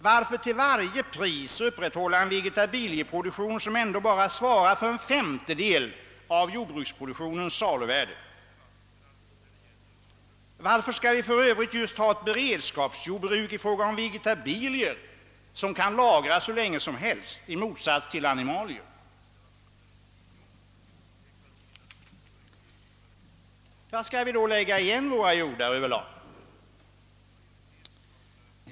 Varför till varje pris upprätthålla en vegetabilieproduktion som ändå bara svarar för en femtedel av jordbruksproduktionens saluvärde? Varför skall vi för övrigt just ha ett beredskapsjordbruk i fråga om vegetabilier, som i motsats till animalier kan lagras hur länge som helst? Skall vi då lägga igen våra jordar över lag?